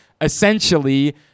essentially